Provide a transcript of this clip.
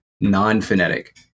non-phonetic